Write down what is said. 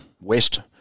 West